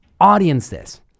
audiences